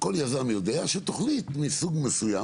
כל יזם יודע שתוכנית מסוג מסוים,